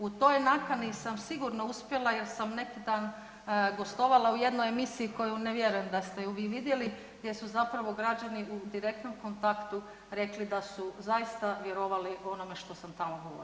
U toj nakani sam sigurno uspjela jer sam neki dan gostovala u jednoj emisiju koju ne vjerujem da ste ju vi vidjeli gdje su zapravo građani u direktnom kontaktu rekli da su zaista vjerovali onome što sam tamo govorila.